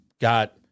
got